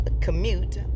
commute